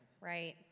Right